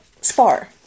spar